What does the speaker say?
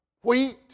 Wheat